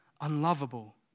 unlovable